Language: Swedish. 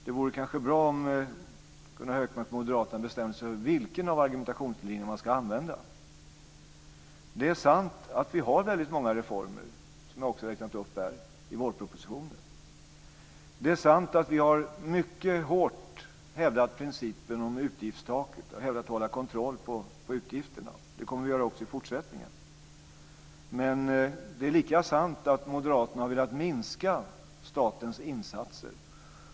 Det vore kanske bra om Gunnar Hökmark och moderaterna bestämde sig för vilken av argumentationslinjerna man ska använda. Det är sant att vi har väldigt många reformer i vårpropositionen, som jag också har räknat upp här. Det är sant att vi har mycket hårt hävdat principen om utgiftstaket för att hålla kontroll på utgifterna. Det kommer vi att göra också i fortsättningen. Men det är lika sant att moderaterna velat minska statens insatser.